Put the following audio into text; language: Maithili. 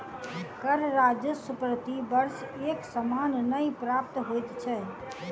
कर राजस्व प्रति वर्ष एक समान नै प्राप्त होइत छै